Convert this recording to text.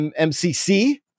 MCC